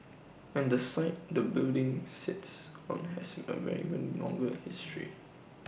and the site the building sits on has longer history